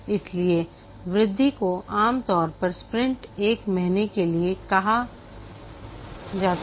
इसलिए वृद्धि को आम तौर पर स्प्रिंट एक महीने के लिए कहा जाता है